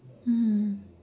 mm